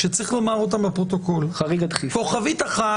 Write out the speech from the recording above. שצריך לומר אותן לפרוטוקול: כוכבית אחת,